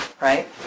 Right